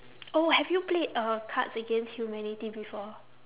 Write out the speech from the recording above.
oh have you played um cards against humanity before